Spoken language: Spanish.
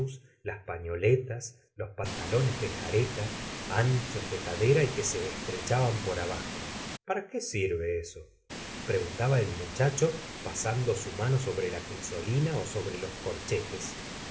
las pañoletas los pantalones de jareta anchos de cadera y que se estrechaban por abajo para qué sirve eso preguntaba el muchacho pasando su mano sobre la crisolina sobre los corchetes